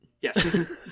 Yes